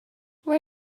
where